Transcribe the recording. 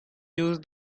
use